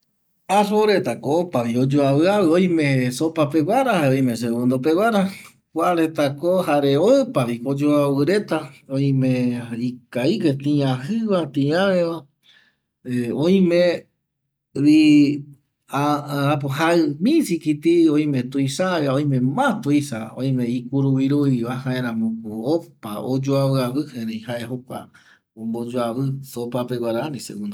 Arro retako opavi oyoavƚavƚ oime sopa peguara jare oime segundo peguara kua retako jare opavi oyoavƚ reta, oime ikavigue tiajƚva, tiaveva, oime jaƚ misikiti, oime tuisaaveva, oime ma tuisava, oime ikuruvi ruviva jaeramoko opa oyoavƚavƚ erei jae jokua omboyoavƚ sopa peguara ani segundo peguara